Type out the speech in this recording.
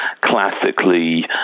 classically